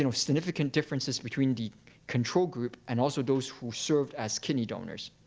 you know significant differences between the control group and also those who served as kidney donors.